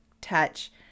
touch